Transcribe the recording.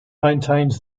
maintains